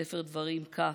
בספר דברים כ'